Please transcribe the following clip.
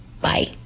bye